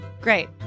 Great